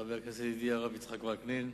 חבר הכנסת ידידי הרב יצחק וקנין,